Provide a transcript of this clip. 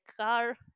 car